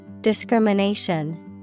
Discrimination